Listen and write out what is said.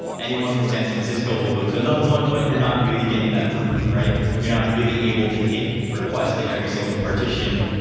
anyone from san francisco will go to another one, but you're not really getting that throughput. you're not really able to hit request to every single partition,